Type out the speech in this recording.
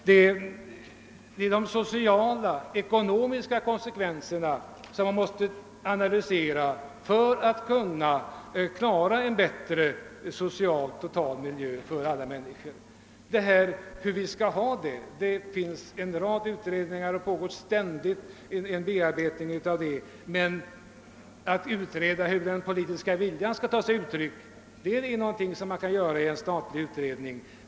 Det är de sociala och ekonomiska konsekvenserna man måste analysera för att kunna åstadkomma en bättre social totalmiljö för alla människor. Frågan om hur vi skall ha det behandlas av en rad utredningar, och det pågår en ständig bearbetning av den frågan. Vilket uttryck den politiska viljan skall ta sig är en sak som kan övervägas av en statlig utredning.